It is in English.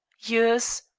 yours,